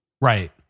Right